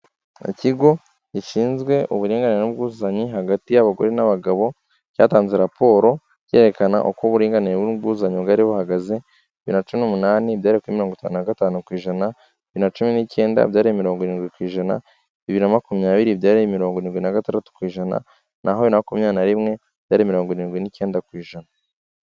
Ikigo gishinzwe uburinganire n'ubwuzuzanye hagati y'abagore n'abagabo cyatanze raporo cyerekana uko uburinganire n'ubwuzuzanye bwari buhagaze bibiri na cumi n'umunani byari kuri mirongo itanu na gatanu ku ijana, bibiri na cumi n'icyenda byari mirongo irindwi ku ijana, bibiri na makumyabiri byari mirongo irindwi na gatandatu ku ijana n'aho bibiri na makumyabiri rimwe byari mirongo irindwi n'icyenda ku ijana.